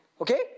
okay